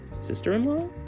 sister-in-law